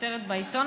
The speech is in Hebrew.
הכותרת בעיתון,